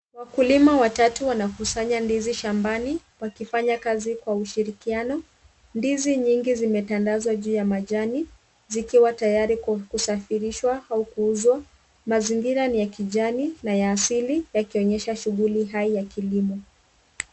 Wakulima watatu wanakusanya ndizi shambani, wakifanya kazi kwa ushirikiano. Ndizi nyingi zimetandazwa juu ya majani. Zikiwa tayari kusafirishwa au kuuzwa. Mazingira ni ya kijani na ya asili yakionyesha shughuli hai ya kilimo.